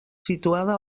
situada